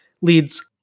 leads